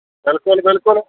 ਬਿਲਕੁਲ ਬਿਲਕੁਲ